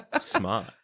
Smart